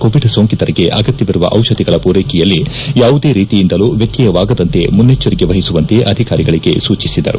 Covid ಸೋಂಕಿತರಿಗೆ ಅಗತ್ಯವಿರುವ ಔಷಧಿಗಳ ಪೂರೈಕೆಯಲ್ಲಿ ಯಾವುದೇ ರೀತಿಯಿಂದಲೂ ವ್ಯತ್ಯಯವಾಗದಂತೆ ಮುನ್ನಚ್ಚರಿಕೆ ವಹಿಸುವಂತೆ ಅಧಿಕಾರಿಗಳಿಗೆ ಸೂಚಿಸಿದರು